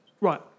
right